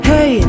Hey